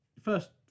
first